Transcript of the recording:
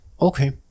Okay